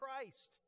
Christ